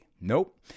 Nope